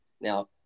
Now